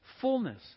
fullness